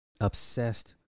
obsessed